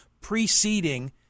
preceding